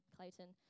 Clayton